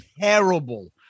terrible